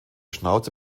schnauze